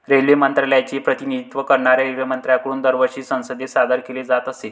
railway मंत्रालयाचे प्रतिनिधित्व करणाऱ्या रेल्वेमंत्र्यांकडून दरवर्षी संसदेत सादर केले जात असे